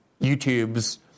YouTube's